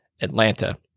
Atlanta